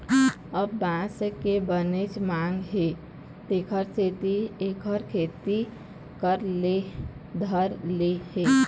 अब बांस के बनेच मांग हे तेखर सेती एखर खेती करे ल धर ले हे